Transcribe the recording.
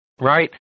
Right